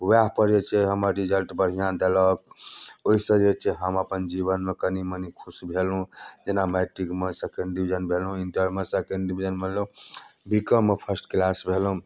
उएहपर जे छै हमर रिजल्ट बढ़िआँ देलक ओहिसँ जे छै हम अपन जीवनमे कनी मनी खुश भेलहुँ जेना मैट्रिकमे सेकंड डिवीजन भेलहुँ इंटरमे सेकंड डिवीजन भेलहुँ बीकॉममे फर्स्ट क्लास भेलहुँ